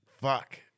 fuck